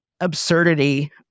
absurdity